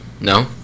no